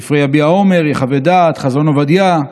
ספרי יביע אומר, יחווה דעת, חזון עובדיה,